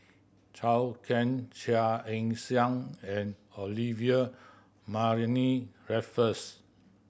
Can Chia Ann Siang and Olivia Mariamne Raffles